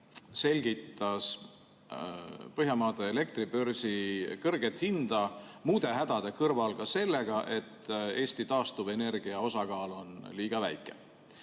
selgitas Põhjamaade elektribörsi kõrget hinda muude hädade kõrval ka sellega, et Eesti taastuvenergia osakaal on liiga väike.